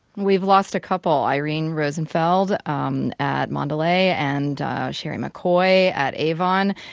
we've lost a couple. irene rosenfeld um at mandalay and sheri mccoy at avon.